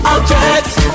Objects